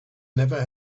never